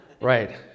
Right